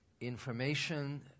information